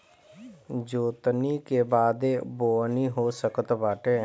जोतनी के बादे बोअनी हो सकत बाटे